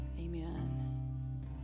amen